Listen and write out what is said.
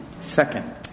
Second